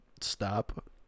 stop